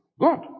God